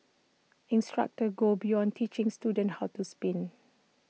instructors go beyond teaching students how to spin